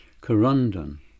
corundum